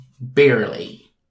barely